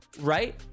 right